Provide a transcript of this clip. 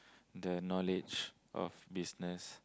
the knowledge of business